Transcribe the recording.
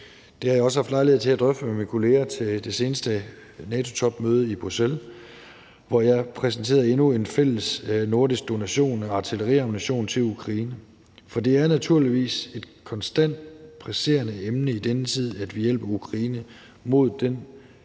Det har jeg også haft lejlighed til at drøfte med mine kolleger til det seneste NATO-topmøde i Bruxelles, hvor jeg præsenterede endnu en fælles nordisk donation af artilleriammunition til Ukraine. For det er naturligvis et konstant presserende emne i denne tid, at vi hjælper Ukraine mod den